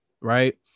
right